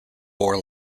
four